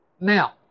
Now